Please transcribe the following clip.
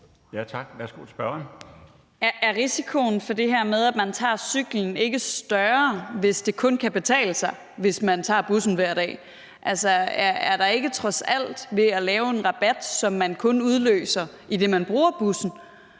Er risikoen for det her med, at man ikke tager cyklen, ikke større, hvis det kun kan betale sig at tage bussen, hvis man gør det hver dag? Altså, er der trods alt ved at lave en rabat, som kun udløses, når man tager bussen,